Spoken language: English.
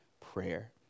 prayer